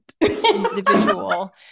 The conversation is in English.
individual